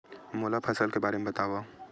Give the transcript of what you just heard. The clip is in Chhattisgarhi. मोला फसल के बारे म बतावव?